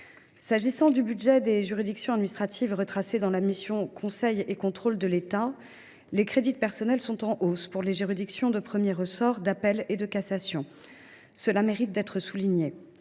Au sein du budget des juridictions administratives, retracé dans la mission « Conseil et contrôle de l’État », les crédits de personnel sont en hausse pour les juridictions de premier ressort, d’appel et de cassation. Cela mérite d’être souligné,